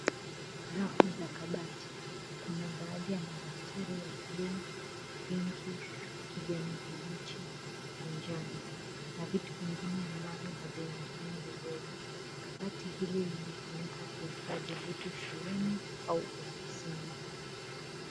Rafu za kabati kuna baadhi ya madaftari ya bluu, pinki, kijani kibichi na njano na vitu vingine ambavyo havionekani vizuri. Kabati hili limetumika kuhifadhi vitu shuleni au ofisini.